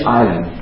island